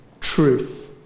truth